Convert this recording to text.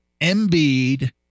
Embiid